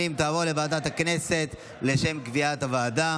ועדת הכנסת נתקבלה.